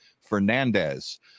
Fernandez